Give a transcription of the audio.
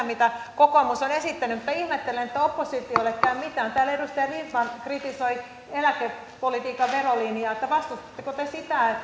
mitä kokoomus on esittänyt mutta ihmettelen että oppositiolle ei käy mikään kun täällä edustaja lindtman kritisoi eläkepolitiikan verolinjaa vastustatteko te sitä